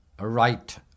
right